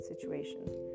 situations